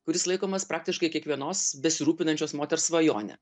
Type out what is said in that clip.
kuris laikomas praktiškai kiekvienos besirūpinančios moters svajone